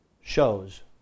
shows